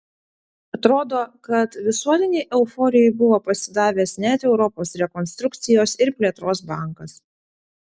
atrodo kad visuotinei euforijai buvo pasidavęs net europos rekonstrukcijos ir plėtros bankas